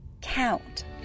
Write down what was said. count